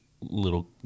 little